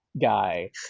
guy